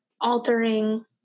altering